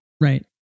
Right